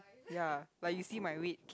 ya like you see my weight